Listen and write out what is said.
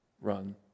run